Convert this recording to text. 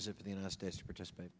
is it for the united states to participate